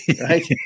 right